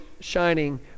shining